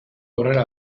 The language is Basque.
aurretik